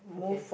okay